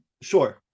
Sure